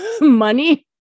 money